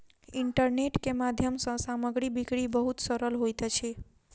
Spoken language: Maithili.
इंटरनेट के माध्यम सँ सामग्री बिक्री बहुत सरल होइत अछि